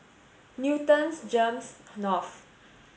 Newton's GEMS North